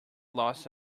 lost